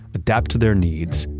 adapt to their needs,